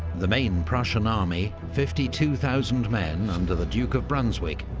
the main prussian army, fifty two thousand men under the duke of brunswick,